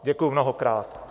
Děkuju mnohokrát.